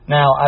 Now